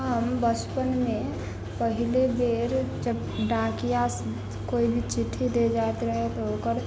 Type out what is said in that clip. हम बचपन मे पहिले बेर जब डाकिया कोइ भी चिट्ठी दे जाइत रहै तऽ ओकर